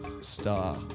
star